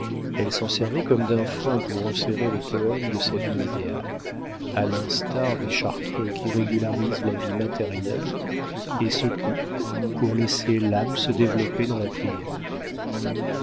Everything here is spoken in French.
elle s'en servait comme d'un frein pour enserrer le poëme de sa vie idéale à l'instar des chartreux qui régularisent la vie matérielle et s'occupent pour laisser l'âme se développer dans la prière